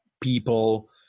people